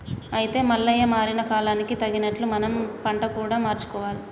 అయితే మల్లయ్య మారిన కాలానికి తగినట్లు మనం పంట కూడా మార్చుకోవాలి